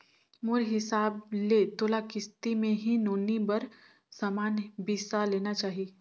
मोर हिसाब ले तोला किस्ती मे ही नोनी बर समान बिसा लेना चाही